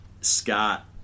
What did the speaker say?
Scott